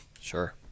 Sure